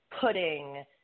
putting